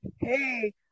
hey